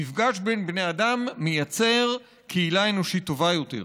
מפגש בין בני אדם מייצר קהילה אנושית טובה יותר.